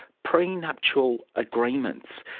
prenuptial agreements.